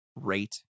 rate